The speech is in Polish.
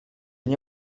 nie